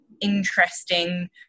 interesting